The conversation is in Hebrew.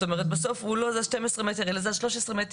בסוף הוא לא זז 12 מטר אלא 13 מטר.